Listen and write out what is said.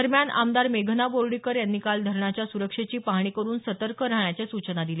दरम्यान आमदार मेघना बोर्डीकर यांनी काल धरणाच्या सुरक्षेची पाहणी करून सतर्क राहण्याच्या सूचना दिल्या